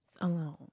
alone